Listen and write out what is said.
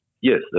Yes